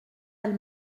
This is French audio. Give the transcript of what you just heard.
elle